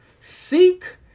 Seek